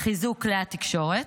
חיזוק לתקשורת.